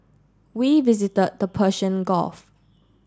we visit the Persian Gulf